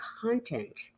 content